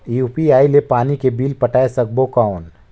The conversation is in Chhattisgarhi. यू.पी.आई ले पानी के बिल पटाय सकबो कौन?